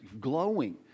glowing